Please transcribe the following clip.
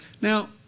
Now